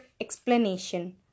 explanation